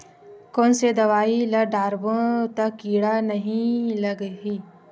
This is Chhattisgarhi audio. कोन से दवाई ल डारबो त कीड़ा नहीं लगय?